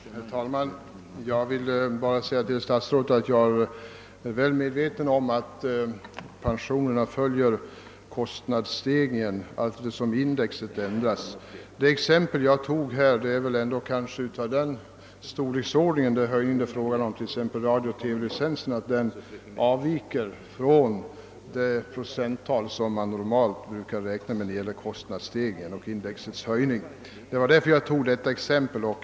Herr talman! Jag vill bara säga till herr statsrådet att jag är väl medveten om att pensionerna följer levnadskostnadsindex. De av mig nämnda höjningarna, bl.a. av radiooch TV-licensavgifterna, är väl emellertid av en sådan storleksordning att de överstiger den procentuella höjning som detta index normalt brukar undergå.